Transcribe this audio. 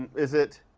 is it